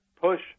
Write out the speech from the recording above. push